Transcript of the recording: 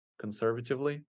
conservatively